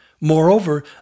Moreover